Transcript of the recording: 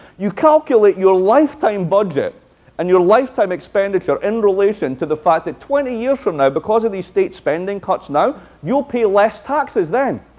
you calculate your lifetime budget and your lifetime expenditure in relation to the fact that twenty years from now, because of these state spending cuts now, you'll pay less taxes then.